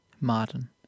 Martin